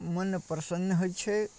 मोन प्रसन्न होइ छै